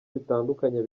bitandukanye